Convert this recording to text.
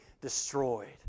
destroyed